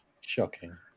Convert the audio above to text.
Shocking